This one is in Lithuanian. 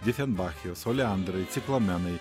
difenbachijos oleandrai ciklamenai